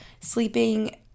Sleeping